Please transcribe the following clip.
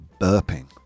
burping